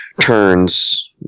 turns